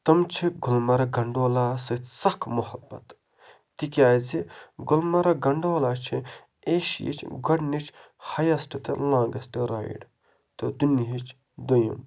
تم چھِ گُلمرگ گنڈولہ سۭتۍ سَکھ محبت تِکیٛازِ گُلمرگ گنڈولا چھِ ایشیاہٕچ گۄڈنِچ ہایسٹ تہٕ لانٛگٮسٹ رایڈ تہٕ دُنیاہٕچ دوٚیِم